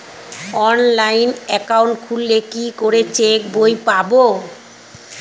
Online account খুললে কি করে চেক বই পাব?